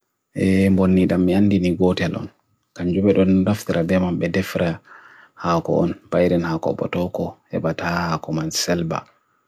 Bird ɓe ngoodi ha laawol ngal ko nganja goonga, saareje ndiyanji fowru ngam tawa e nafoore. ɓe waawna ngoodi ngal ha jaandol.